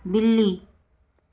बिल्ली